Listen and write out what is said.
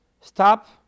stop